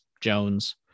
Jones